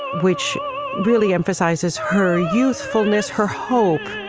which really emphasizes her youthfulness, her hope